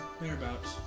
thereabouts